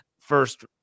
first